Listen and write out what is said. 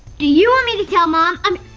do you want me to tell mom um